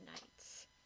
Nights